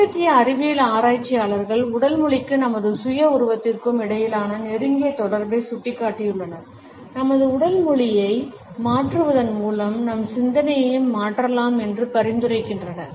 சமீபத்திய அறிவியல் ஆராய்ச்சியாளர்கள் உடல் மொழிக்கும் நமது சுய உருவத்திற்கும் இடையிலான நெருங்கிய தொடர்பை சுட்டிக்காட்டியுள்ளனர் நமது உடல் மொழியை மாற்றுவதன் மூலம் நம் சிந்தனையையும் மாற்றலாம் என்று பரிந்துரைக்கின்றனர்